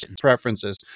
preferences